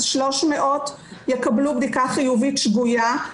אז 300 יקבלו בדיקה חיובית שגויה,